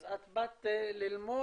אז את באת ללמוד.